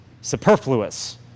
Superfluous